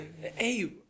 Hey